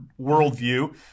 worldview